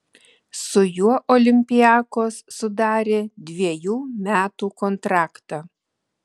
su juo olympiakos sudarė dvejų metų kontraktą